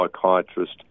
psychiatrist